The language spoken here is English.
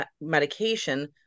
medication